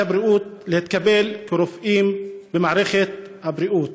הבריאות להתקבל כרופאים במערכת הבריאות.